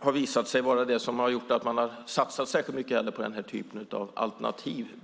har visat sig vara det som har gjort att man har satsat särskilt mycket på denna typ av alternativ.